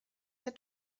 der